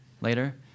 later